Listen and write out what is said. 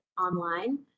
online